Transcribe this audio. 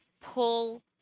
pull